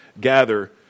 gather